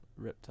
Riptide